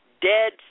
dead